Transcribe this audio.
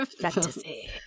fantasy